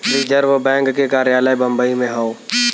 reserve Bank के कार्यालय बम्बई में हौ